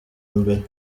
mbere